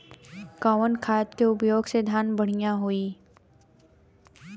कवन खाद के पयोग से धान बढ़िया होई?